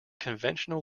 conventional